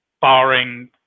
barring